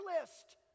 list